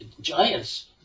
giants